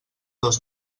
dos